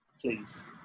Please